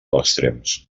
extrems